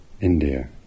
India